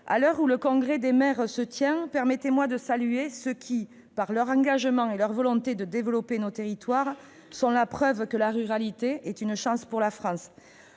à l'heure où se tient le congrès de maires, permettez-moi de saluer ceux qui, par leur engagement et leur volonté de développer nos territoires, sont la preuve que la ruralité est une chance pour la France.